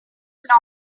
north